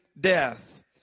death